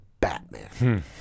Batman